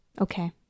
okay